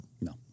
No